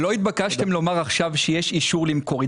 לא התבקשתם לומר עכשיו שיש אישור למכור.